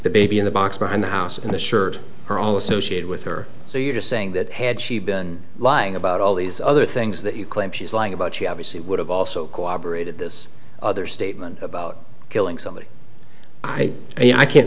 the baby in the box behind the house and the shirt are all associated with her so you're saying that had she been lying about all these other things that you claim she's lying about she obviously would have also cooperated this other statement about killing somebody i mean i can't